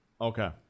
okay